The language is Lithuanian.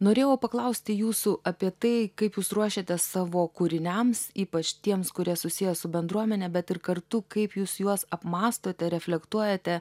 norėjau paklausti jūsų apie tai kaip jūs ruošiatės savo kūriniams ypač tiems kurie susiję su bendruomene bet ir kartu kaip jūs juos apmąstote reflektuojate